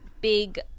big